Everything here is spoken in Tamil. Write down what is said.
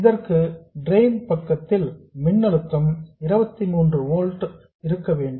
இதற்கு டிரெயின் பக்கத்தில் மின்னழுத்தம் 23 வோல்ட்ஸ் இருக்க வேண்டும்